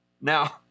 Now